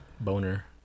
boner